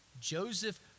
Joseph